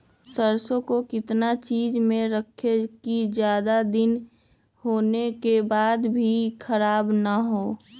सरसो को किस चीज में रखे की ज्यादा दिन होने के बाद भी ख़राब ना हो?